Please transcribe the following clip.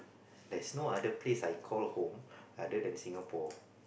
there's no other place I call home other than Singapore